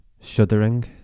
shuddering